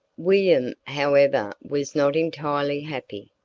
william, however, was not entirely happy.